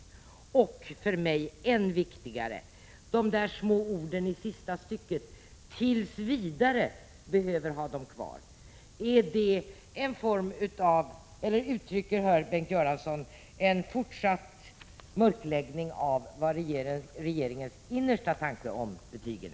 Än viktigare för mig vore det att få ett klarläggande när det gäller de där små orden i sista stycket: ”tills vidare behöver ha dem kvar”. Innebär det en fortsatt mörkläggning av vad som är regeringens innersta tankar om betygen?